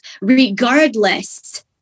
regardless